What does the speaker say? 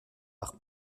par